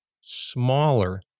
smaller